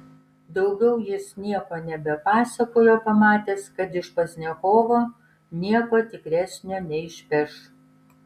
daugiau jis nieko nebepasakojo pamatęs kad iš pozdniakovo nieko tikresnio neišpeš